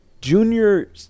junior